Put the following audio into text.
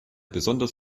besonders